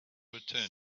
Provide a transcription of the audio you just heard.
return